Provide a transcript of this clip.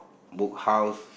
Book House